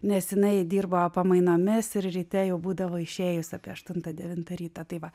nes jinai dirbo pamainomis ir ryte jau būdavo išėjus apie aštuntą devintą ryto tai va